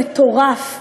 המטורף,